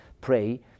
pray